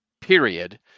period